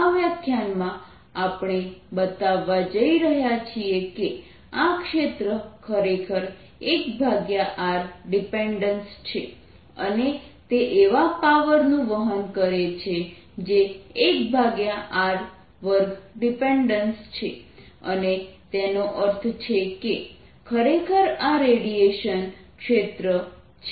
આ વ્યાખ્યાનમાં આપણે બતાવવા જઈ રહ્યા છીએ કે આ ક્ષેત્ર ખરેખર 1r ડિપેન્ડેન્સ છે અને તે એવા પાવરનું વહન કરે છે જે 1r2 ડિપેન્ડેન્સ છે અને તેનો અર્થ છે કે ખરેખર આ રેડિયેશન ક્ષેત્ર છે